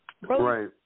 right